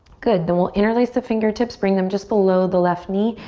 good, then we'll interlace the fingertips. bring them just below the left knee,